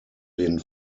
den